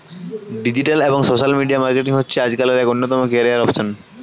digital এবং social media marketing হচ্ছে আজকালের এক অন্যতম ক্যারিয়ার অপসন